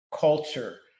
culture